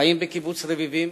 חיים בקיבוץ רביבים.